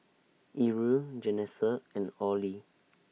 Irl Janessa and Orley